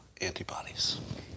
antibodies